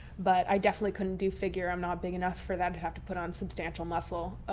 but i definitely couldn't do figure i'm not big enough for them to have to put on substantial muscle.